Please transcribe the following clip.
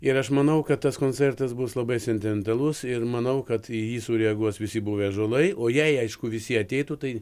ir aš manau kad tas koncertas bus labai sentimentalus ir manau kad į jį sureaguos visi buvę ąžuolai o jei aišku visi ateitų tai